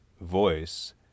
voice